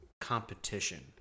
competition